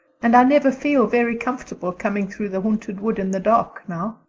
and i never feel very comfortable coming through the haunted wood in the dark now.